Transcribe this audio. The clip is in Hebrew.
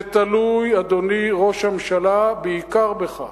זה תלוי, אדוני ראש הממשלה, בעיקר בך.